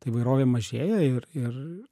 ta įvairovė mažėja ir ir